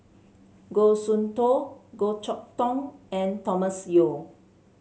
Goh Soon Tioe Goh Chok Tong and Thomas Yeo